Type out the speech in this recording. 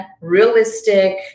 realistic